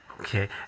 Okay